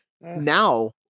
Now